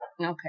Okay